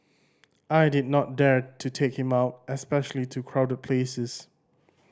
I did not dare to take him out especially to crowded places